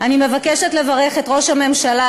אני מבקשת לברך את ראש הממשלה,